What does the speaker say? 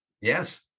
Yes